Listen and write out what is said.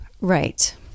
Right